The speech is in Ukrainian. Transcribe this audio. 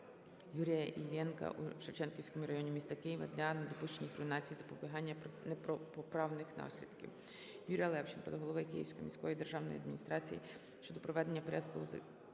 Юрія Іллєнка у Шевченківському районі міста Києва для недопущення їх руйнації та запобігання непоправних наслідків. Юрія Левченка до голови Київської міської державної адміністрації щодо наведення порядку у закинутій